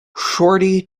shorty